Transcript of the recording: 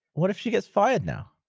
what if she gets fired now?